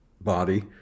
body